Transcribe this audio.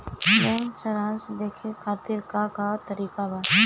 Bank सराश देखे खातिर का का तरीका बा?